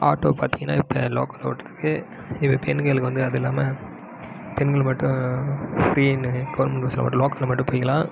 auto பார்த்தீங்கனா இப்போ லோக்கலில் ஓடிகிட்ருக்கு இப்போ பெண்களுக்கு வந்து அதில்லாம பெண்கள் மட்டும் ஃப்ரீனு கவுர்மெண்ட் பஸ்ஸு லோக்கலில் மட்டும் போய்கலாம்